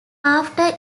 after